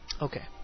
Okay